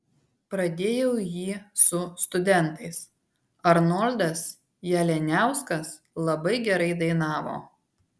pradėjau jį su studentais arnoldas jalianiauskas labai gerai dainavo